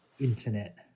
internet